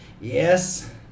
Yes